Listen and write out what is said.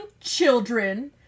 children